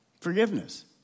forgiveness